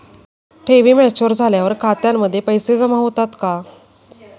ठेवी मॅच्युअर झाल्यावर खात्यामध्ये पैसे जमा होतात का?